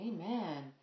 Amen